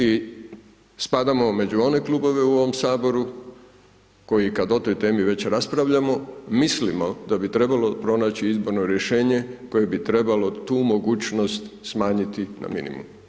I spadamo među ove klubove u ovom saboru, koji kada o toj temi već raspravljamo mislimo da bi trebalo pronaći izborno rješenje, koju bi trebalo tu mogućnost smanjiti na minimum.